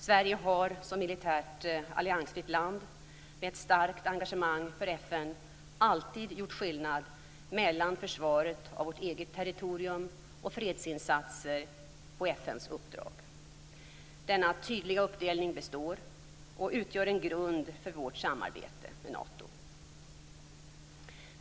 Sverige har som militärt alliansfritt land med ett starkt engagemang för FN alltid gjort skillnad mellan försvaret av vårt eget territorium och fredsinsatser på FN:s uppdrag. Denna tydliga uppdelning består och utgör en grund för vårt samarbete med Nato.